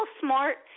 smart